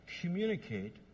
communicate